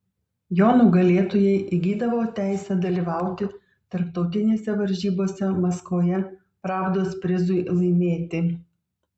jo nugalėtojai įgydavo teisę dalyvauti tarptautinėse varžybose maskvoje pravdos prizui laimėti